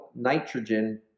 nitrogen